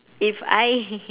if I